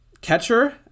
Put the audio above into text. Catcher